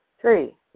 Three